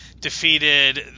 defeated